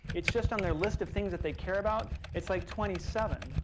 it's just on their list of things that they care about, it's like twenty seven.